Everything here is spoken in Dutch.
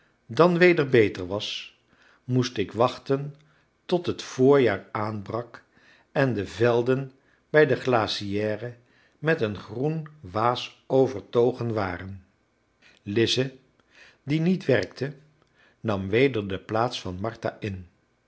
dan weder beter was moest ik wachten tot het voorjaar aanbrak en de velden bij de glacière met een groen waas overtogen waren lize die niet werkte nam weder de plaats van martha in